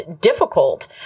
difficult